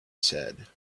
said